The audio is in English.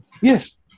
Yes